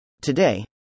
Today